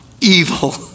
evil